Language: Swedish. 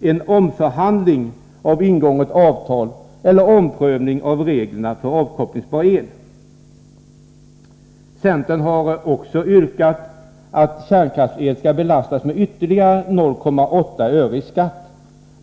en omförhandling avseende ingånget avtal eller omprövning av reglerna för avkopplingsbar el. Centern har också yrkat att kärnkraftsel skall belastas med ytterligare 0,8 öre i skatt.